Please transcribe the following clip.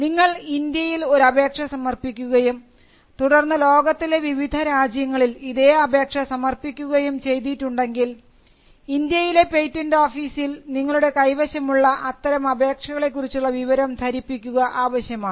നിങ്ങൾ ഇന്ത്യയിൽ ഒരു അപേക്ഷ സമർപ്പിക്കുകയും തുടർന്ന് ലോകത്തിലെ വിവിധ രാജ്യങ്ങളിൽ ഇതേ അപേക്ഷ സമർപ്പിക്കുകയും ചെയ്തിട്ടുണ്ടെങ്കിൽ ഇന്ത്യയിലെ പേറ്റന്റ് ഓഫീസിൽ നിങ്ങളുടെ കൈവശമുള്ള അത്തരം അപേക്ഷകളെ കുറിച്ചുള്ള വിവരം ധരിപ്പിക്കുക ആവശ്യമാണ്